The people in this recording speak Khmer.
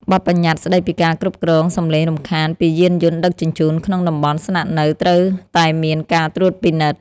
បទប្បញ្ញត្តិស្ដីពីការគ្រប់គ្រងសំឡេងរំខានពីយានយន្តដឹកជញ្ជូនក្នុងតំបន់ស្នាក់នៅត្រូវតែមានការត្រួតពិនិត្យ។